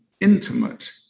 intimate